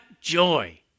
joy